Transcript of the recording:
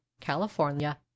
California